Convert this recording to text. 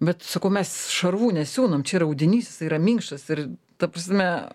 bet sakau mes šarvų nesiūnam čia yra audinys jis yra minkštas ir ta prasme